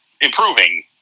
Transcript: improving